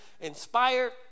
inspired